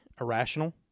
irrational